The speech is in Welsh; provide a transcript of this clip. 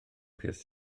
pierce